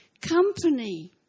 company